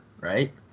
Right